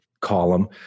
column